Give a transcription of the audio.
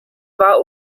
war